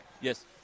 Yes